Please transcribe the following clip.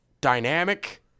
dynamic